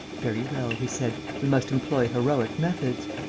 very well, he said. we must employ heroic methods.